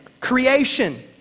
creation